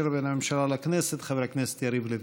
בין הממשלה לכנסת חבר הכנסת יריב לוין.